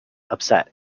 upset